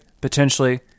potentially